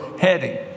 heading